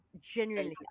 genuinely